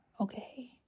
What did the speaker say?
Okay